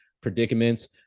predicaments